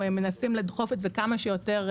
כולנו מנסים לדחוף את זה כמה שיותר.